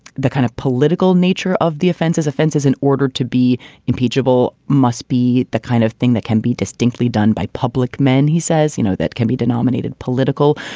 the kind of political nature of the offenses. offenses in order to be impeachable must be the kind of thing that can be distinctly done by public men, he says. you know, that can be denominated political.